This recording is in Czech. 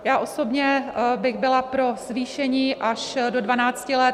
Já osobně bych byla pro zvýšení až do 12 let.